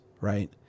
right